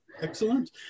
Excellent